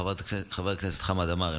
חבר הכנסת חמד עמאר,